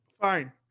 Fine